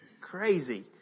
crazy